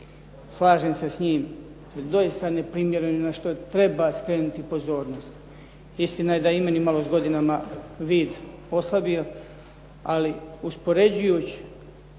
Slažem se s njim, jer doista neprimjereno na što treba skrenuti pozornost. Istina je da je i meni malo s godina vid oslabio, ali uspoređujući